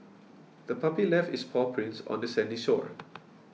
the puppy left its paw prints on the sandy shore